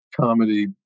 comedy